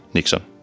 Nixon